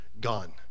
gone